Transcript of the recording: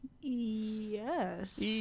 Yes